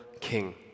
king